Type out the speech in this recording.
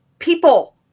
People